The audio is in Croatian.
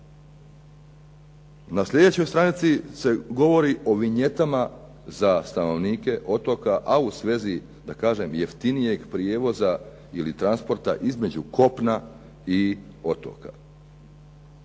Na sljedećoj stranici se govori o vinjetama za stanovnike otoka a u svezi da kažem jeftinijeg prijevoza ili transporta između kopna i otoka.